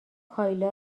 کایلا